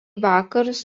vakarus